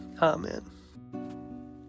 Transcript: Amen